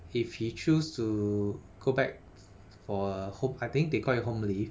if she choose to go back fo~ for uh home I think they call it home leh